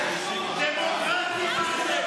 דמוקרטים גדולים.